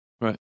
right